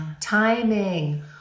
timing